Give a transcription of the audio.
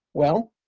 well,